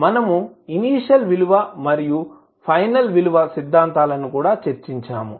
మనము ఇనీషియల్ విలువ మరియు ఫైనల్ విలువ సిద్ధాంతాలను కూడా చర్చించాము